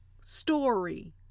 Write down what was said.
story